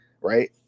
right